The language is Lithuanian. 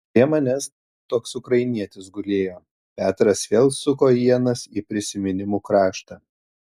prie manęs toks ukrainietis gulėjo petras vėl suko ienas į prisiminimų kraštą